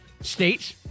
states